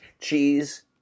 cheese